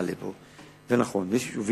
מעלה פה, זה נכון, יש יישובים